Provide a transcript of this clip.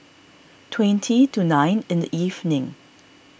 twenty to nine in the evening